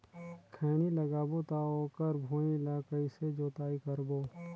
खैनी लगाबो ता ओकर भुईं ला कइसे जोताई करबो?